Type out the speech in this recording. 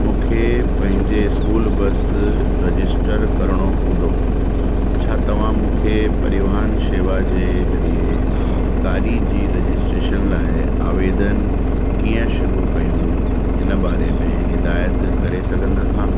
मूंखे पंहिंजे school bus register करिणो हूंदो छा तव्हां मूंखे परिवहन शेवा जे ज़रिए गाॾी जी रजिस्ट्रेशन लाइ आवेदन कीअं शुरू कयूं हिन बारे में हिदायत करे सघनि था